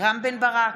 רם בן ברק,